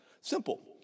Simple